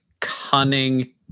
cunning